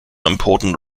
important